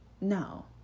No